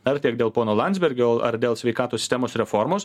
ar tiek dėl pono landsbergio ar dėl sveikatos sistemos reformos